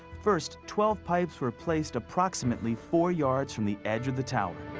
first twelve pipes were placed approximately four yards from the edge of the tower.